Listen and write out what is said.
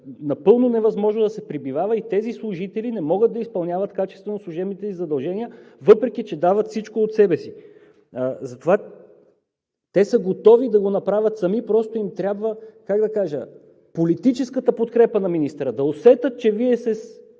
напълно невъзможно да се пребивава, уверявам Ви, и тези служители не могат да изпълняват качествено служебните си задължения, въпреки че дават всичко от себе си. Затова те са готови да го направят сами, но просто им трябва, как да кажа, политическата подкрепа на министъра – да усетят, че Вие ще